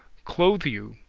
clothe you,